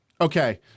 Okay